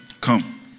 Come